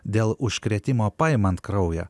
dėl užkrėtimo paimant kraują